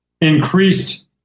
increased